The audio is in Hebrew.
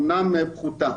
אם כי הגנה פחותה.